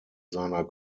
seiner